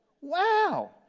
wow